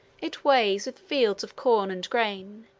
it waves with fields of corn and grain,